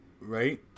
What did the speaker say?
Right